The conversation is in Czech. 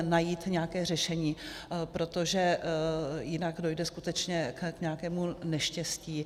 Najít nějaké řešení, protože jinak dojde skutečně k nějakému neštěstí.